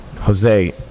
Jose